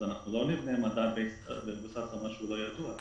אז אנחנו לא נבנה מדד על בסיס משהו שהוא לא ידוע.